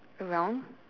around